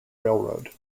railroad